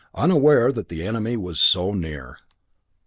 unaware that the enemy was so near.